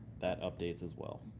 that updates as well.